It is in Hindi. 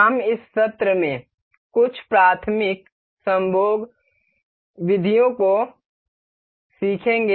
हम इस सत्र में कुछ प्राथमिक संभोग विधियों को सीखेंगे